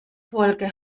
folge